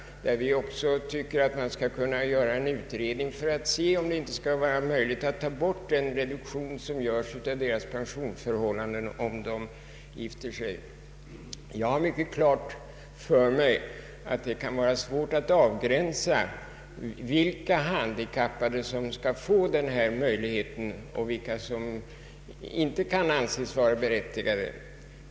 Vi tycker också att man borde kunna göra en utredning för att se om man inte kunde ta bort den reduktion av pensionerna som sker om de gifter sig. Jag har klart för mig att det kan vara svårt att avgränsa vilka handikappade som skall få denna möjlighet och vilka som inte kan anses berättigade till denna förmån.